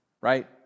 right